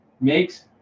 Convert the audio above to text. makes